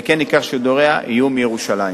וכן עיקר שידוריה יהיו מירושלים.